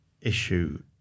issue